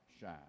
shine